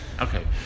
Okay